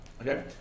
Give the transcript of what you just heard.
Okay